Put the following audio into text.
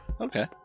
Okay